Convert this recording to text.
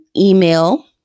email